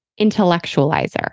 intellectualizer